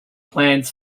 plans